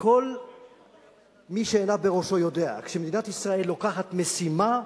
כל מי שעיניו בראשו יודע שכשמדינת ישראל לוקחת משימה,